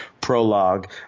prologue